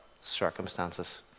circumstances